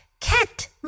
Cat